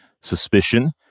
suspicion